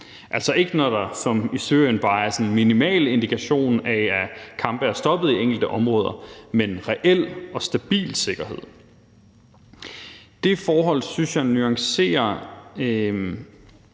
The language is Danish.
altså ikke, når der som i Syrien bare er en minimal indikation af, at kampene er stoppet i enkelte områder, men en reel og stabil sikkerhed. Det forhold synes jeg nuancerer